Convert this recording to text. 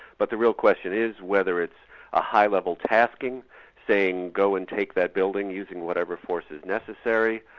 but the real question is whether it's a high level tasking saying go and take that building using whatever force is necessary,